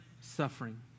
suffering